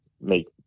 make